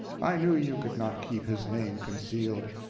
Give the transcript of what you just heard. i knew you could not keep his name concealed.